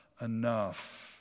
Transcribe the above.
enough